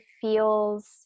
feels